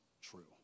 true